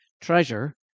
treasure